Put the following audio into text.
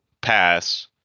pass